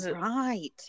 right